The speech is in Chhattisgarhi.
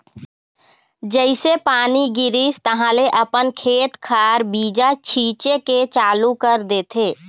जइसे पानी गिरिस तहाँले अपन खेत खार बीजा छिचे के चालू कर देथे